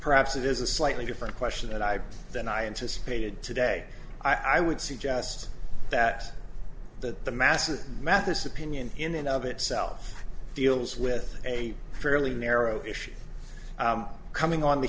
perhaps it is a slightly different question and i than i anticipated today i would suggest that that the masses mathes opinion in and of itself deals with a fairly narrow issue coming on the